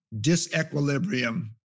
disequilibrium